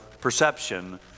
perception